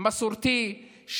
מסורתי,